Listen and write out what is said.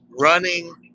running